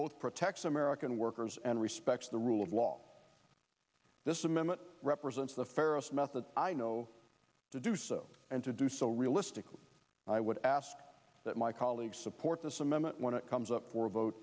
both protects american workers and respects the rule of law this amendment represents the fairest method i know to do so and to do so realistically i would ask that my colleagues support this amendment when it comes up for a vote